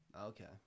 Okay